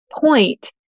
point